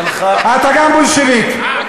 גם אתה בולשביק.